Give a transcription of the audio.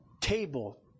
table